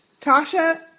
Tasha